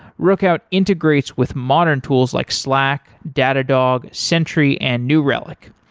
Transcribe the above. rookout integrates with modern tools like slack, datadog, sentry and new relic.